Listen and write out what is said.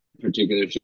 particular